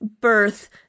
birth